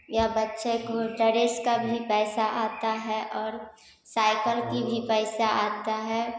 यहाँ बच्चे को डरेस का भी पैसा आता है और सायकल की भी पैसा आता ही